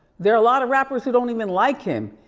there are a lot of rappers who don't even like him,